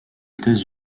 états